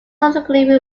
subsequently